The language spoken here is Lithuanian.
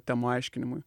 temų aiškinimui